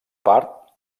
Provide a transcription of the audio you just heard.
part